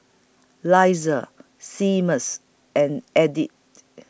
Elizah Seamus and Edith